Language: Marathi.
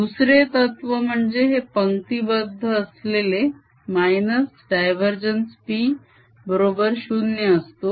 दुसरे तत्व म्हणजे हे पंक्तीबद्ध असलेले -div P बरोबर 0 असतो